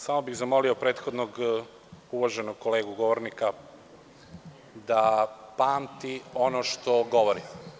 Samo bih zamolio prethodnog uvaženog kolegu govornika da pamti ono što govori.